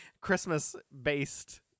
Christmas-based